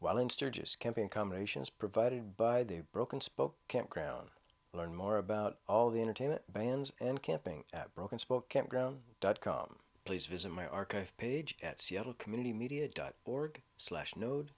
while in sturgis camping combinations provided by the broken spoke campground learn more about all the entertainment vans and camping at broken spoke campground dot com please visit my archive page at seattle community media dot org slash node